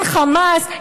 אין חמאס,